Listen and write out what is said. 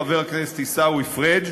לידידי, חבר הכנסת עיסאווי פריג'